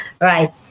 right